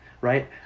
right